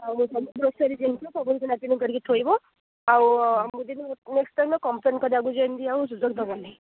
ଆଉ ସବୁ ଗ୍ରୋସରୀ ଜିନିଷ ସବୁ କିଣାକିଣି କରିକି ଥୋଇବ ଆଉ ଆମକୁ ନେକ୍ସ୍ଟ ଟାଇମ୍ ଯେମିତି କମ୍ପ୍ଲେନ୍ କରିବାକୁ ଯେମିତି ଆଉ ସୁଯୋଗ ଦେବ ନାହିଁ